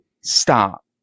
stop